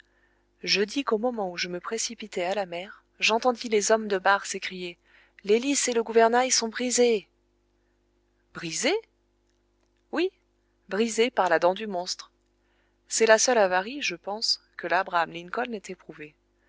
je dis qu'au moment où je me précipitai à la mer j'entendis les hommes de barre s'écrier l'hélice et le gouvernail sont brisés brisés oui brisés par la dent du monstre c'est la seule avarie je pense que labraham lincoln ait éprouvée